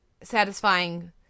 satisfying